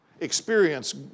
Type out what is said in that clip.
experience